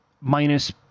minus